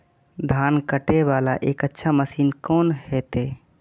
धान कटे वाला एक अच्छा मशीन कोन है ते?